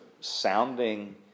sounding